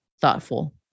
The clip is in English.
thoughtful